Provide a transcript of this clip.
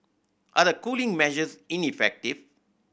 are the cooling measures ineffective